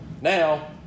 Now